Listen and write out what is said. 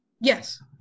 Yes